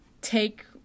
take